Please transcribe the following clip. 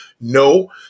No